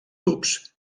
tubs